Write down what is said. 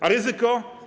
A ryzyko?